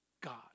God